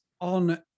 on